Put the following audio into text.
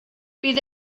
bydd